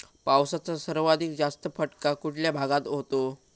पावसाचा सर्वाधिक जास्त फटका कुठल्या भागात होतो?